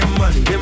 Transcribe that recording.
money